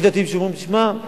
יש דתיים שאומרים: תשמע,